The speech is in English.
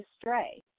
stray